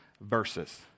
verses